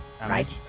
Right